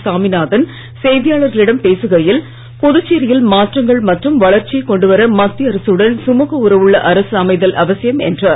சாமிநாதன் செய்தியாளர்களிடம் பேசுகையில் புதுச்சேரியில் மாற்றங்கள் மற்றும் வளர்ச்சியை கொண்டு வர மத்திய அரசுடன் சுமூக உறவுள்ள அரசு அமைதல் அவசியம் என்றார்